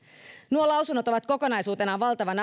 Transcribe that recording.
nuo lausunnot ovat kokonaisuutenaan valtavan